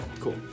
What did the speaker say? cool